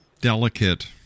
delicate